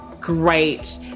great